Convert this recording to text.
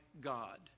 God